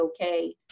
okay